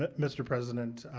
ah mr. president,